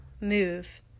move